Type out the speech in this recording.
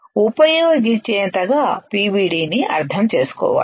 ఉపయోగించేంతగా పివిడిని అర్థం చేసుకోవాలి